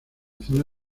zona